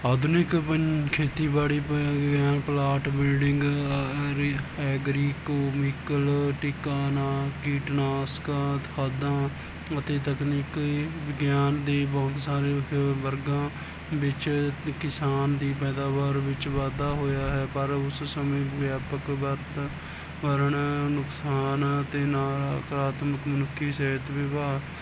ਆਧੁਨਿਕ ਪੰਨ ਖੇਤੀਬਾੜੀ ਪਲਾਟ ਬਿਲਡਿੰਗ ਐਰੀ ਐਗਰੀਕੋਮੀਕਲ ਟੀਕਾ ਨਾ ਕੀਟਨਾਸ਼ਕਾਂ ਖਾਦਾਂ ਅਤੇ ਤਕਨੀਕੀ ਵਿਗਿਆਨ ਦੀ ਬਹੁਤ ਸਾਰੇ ਵਰਗਾਂ ਵਿੱਚ ਕਿਸਾਨ ਦੀ ਪੈਦਾਵਾਰ ਵਿੱਚ ਵਾਧਾ ਹੋਇਆ ਹੈ ਪਰ ਉਸ ਸਮੇਂ ਵਿਆਪਕ ਵਾਤਾਵਰਣ ਨੁਕਸਾਨ ਅਤੇ ਨਕਾਰਾਤਮਕ ਮਨੁੱਖੀ ਸਿਹਤ ਵਿਭਾਗ